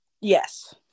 yes